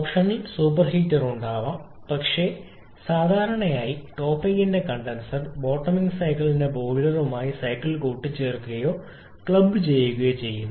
optional super heater ഉണ്ടാവാം പക്ഷേ സാധാരണയായി ടോപ്പിംഗിന്റെ കണ്ടൻസർ ബോട്ടൊമിങ് സൈക്കിളിന്റെ ബോയിലറുമായി സൈക്കിൾ കൂട്ടിച്ചേർക്കുകയോ ക്ലബ്ബ് ചെയ്യുകയോ ചെയ്യുന്നു